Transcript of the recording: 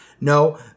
No